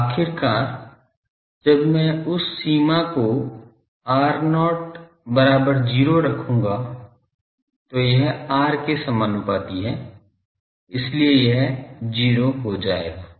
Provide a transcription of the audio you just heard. तो आखिरकार जब मैं उस सीमा को r0 बराबर 0 रखूंगा तो यह r के समानुपाती है इसलिए यह 0 हो जाएगा